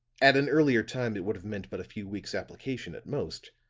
at an earlier time it would have meant but a few weeks' application at most.